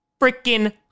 frickin